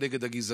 נגד הגזענות.